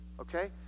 Okay